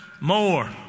more